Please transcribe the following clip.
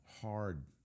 hard